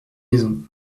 maisons